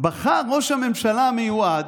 בחר ראש הממשלה המיועד,